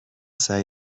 سعی